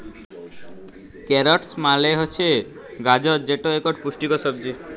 carrots মালে হছে গাজর যেট ইকট পুষ্টিকর সবজি